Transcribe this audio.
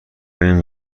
این